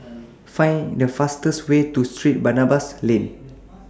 Find The fastest Way to St Barnabas Lane